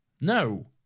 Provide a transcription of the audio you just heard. No